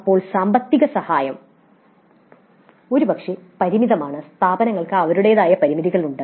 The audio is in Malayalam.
അപ്പോൾ സാമ്പത്തിക സഹായം ഒരുപക്ഷേ പരിമിതമാണ് സ്ഥാപനങ്ങൾക്ക് അവരുടേതായ പരിമിതികളുണ്ട്